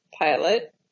pilot